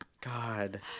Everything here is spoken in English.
God